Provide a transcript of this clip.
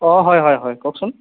অঁ হয় হয় হয় কওকচোন